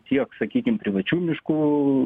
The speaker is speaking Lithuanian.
tiek sakykim privačių miškų